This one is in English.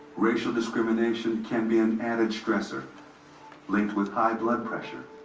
racial discrimination can be an added stressor linked with high blood pressure,